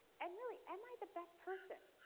and really am i the best person,